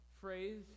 phrase